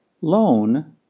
loan